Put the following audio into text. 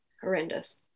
Horrendous